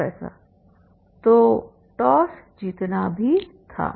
professor तो toss जीतना भी था